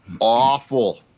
awful